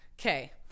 Okay